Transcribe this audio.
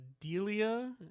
Delia